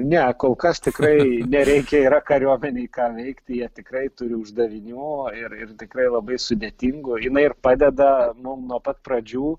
ne kol kas tikrai nereikia yra kariuomenei ką veikti jie tikrai turi uždavinių ir ir tikrai labai sudėtingų jinai ir padeda mum nuo pat pradžių